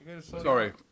Sorry